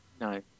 No